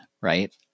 right